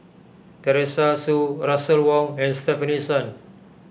Teresa Hsu Russel Wong and Stefanie Sun